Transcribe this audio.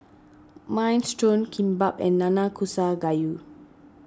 Minestrone Kimbap and Nanakusa Gayu